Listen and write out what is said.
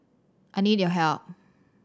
I need your help